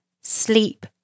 sleep